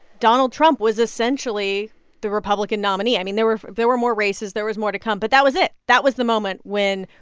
donald trump was essentially the republican nominee. i mean, there were there were more races. there was more to come. but that was it, that was the moment when,